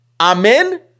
Amen